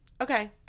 Okay